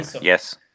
yes